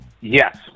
Yes